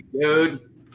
dude